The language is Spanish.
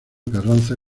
carranza